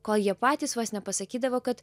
kol jie patys vos nepasakydavo kad